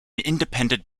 independent